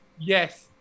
yes